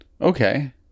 Okay